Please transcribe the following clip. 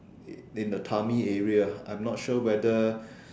in the tummy area I'm not sure whether